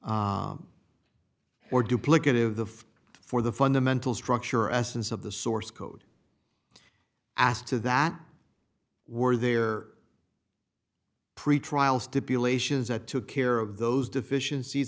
or duplicative the for the fundamental structure essence of the source code as to that were their pretrial stipulations that took care of those deficiencies